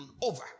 over